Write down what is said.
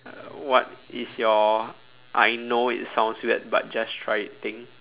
uh what is your I know it sounds weird but just try it thing